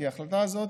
כי ההחלטה הזאת,